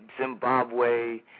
Zimbabwe